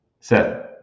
Seth